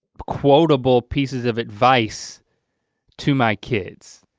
quotable pieces of advice to my kids.